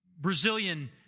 Brazilian